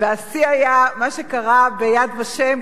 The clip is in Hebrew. מה שקרה ב"יד ושם",